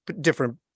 different